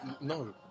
No